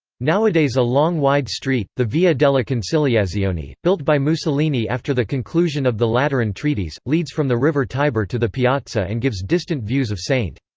nowadays a long wide street, the via della conciliazione, built by mussolini after the conclusion of the lateran treaties, leads from the river tiber to the piazza and gives distant views of st.